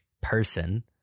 person